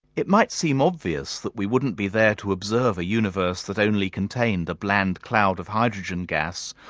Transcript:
it might seem obvious that we wouldn't be there to observe a universe that only contained a bland cloud of hydrogen gas,